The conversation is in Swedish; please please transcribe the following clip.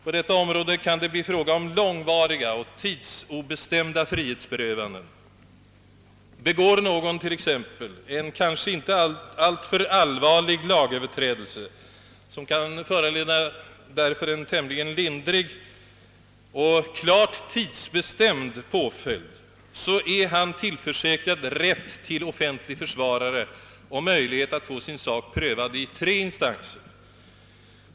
På detta område kan det bli fråga om långvariga och tidsobestämda frihetsberövanden. Begår någon t.ex. en kanske inte alltför allvarlig lagöverträdelse, som därför kan föranleda endast en tämligen lindrig och klart tidsbestämd påföljd är han tillförsäkrad rätt till offentlig försvarare och möjlighet att få sin sak prövad i tre instanser.